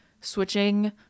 switching